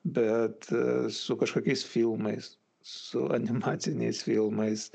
bet su kažkokiais filmais su animaciniais filmais